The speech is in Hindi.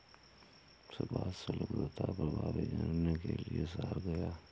सुभाष शुल्क तथा प्रभावी जानने के लिए शहर गया